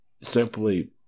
simply